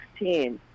2016